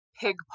pig